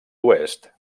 oest